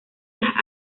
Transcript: las